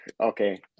okay